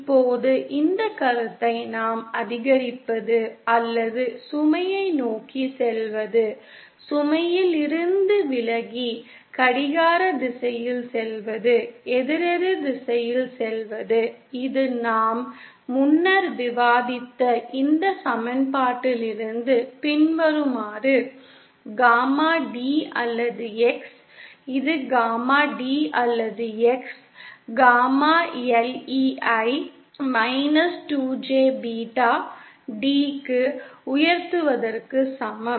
இப்போது இந்த கருத்தை நாம் அதிகரிப்பது அல்லது சுமையை நோக்கிச் செல்வது சுமையிலிருந்து விலகி கடிகார திசையில் செல்வது எதிரெதிர் திசையில் செல்வது இது நாம் முன்னர் விவாதித்த இந்த சமன்பாட்டிலிருந்து பின்வருமாறு காமா D அல்லது X இது காமா D அல்லது X காமா LE ஐ மைனஸ் 2 J பீட்டா D க்கு உயர்த்துவதற்கு சமம்